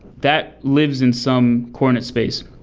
that lives in some corner space,